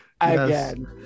again